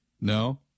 No